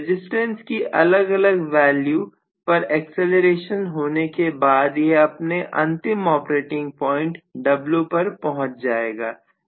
resistant की अलग अलग वैल्यू पर एक्जेलेरेशन होने के बाद यह अपने अंतिम ऑपरेटिंग पॉइंट W पर पहुंच जाएगा